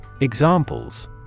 Examples